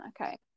Okay